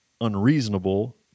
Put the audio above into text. unreasonable